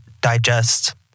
digest